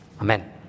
Amen